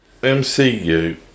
MCU